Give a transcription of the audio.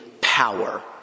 power